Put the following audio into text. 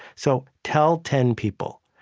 so tell ten people.